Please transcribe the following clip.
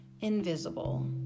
invisible